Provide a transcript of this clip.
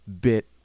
bit